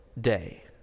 Day